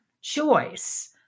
choice